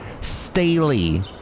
Staley